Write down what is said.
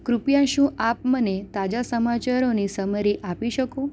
કૃપયા શું આપ મને તાજા સમાચારોની સમરી આપી શકો